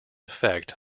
effect